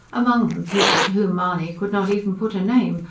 among them people to whom mahony could not even put a name,